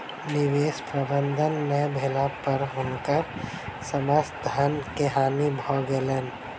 निवेश प्रबंधन नै भेला पर हुनकर समस्त धन के हानि भ गेलैन